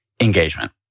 engagement